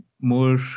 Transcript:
more